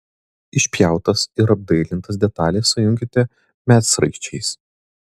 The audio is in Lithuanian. išpjautas ir apdailintas detales sujunkite medsraigčiais